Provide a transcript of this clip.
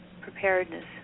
preparedness